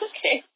Okay